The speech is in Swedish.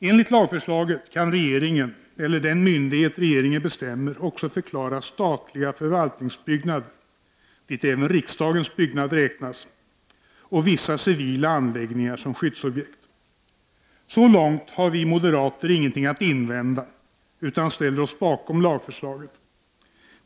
Enligt lagförslaget kan regeringen eller den myndighet regeringen utser också förklara statliga förvaltningsbyggnader, dit även riksdagens byggnader räknas, och vissa civila anläggningar som skyddsobjekt. Så långt har vi moderater ingenting att invända, utan ställer oss bakom lagförslaget.